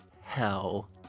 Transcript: hell